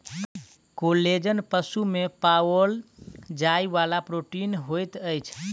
collagen पशु में पाओल जाइ वाला प्रोटीन होइत अछि